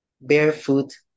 Barefoot